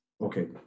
Okay